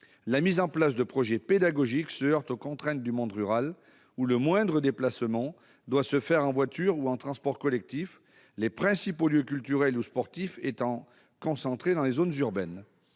La mise en place de projets pédagogiques se heurte aux contraintes du monde rural, où le moindre déplacement doit se faire en voiture ou en transport collectif, les principaux lieux culturels ou sportifs étant concentrés dans les zones urbaines.